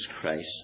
Christ